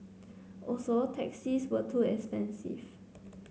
also taxis were too expensive